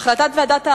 החלטת ועדת העבודה,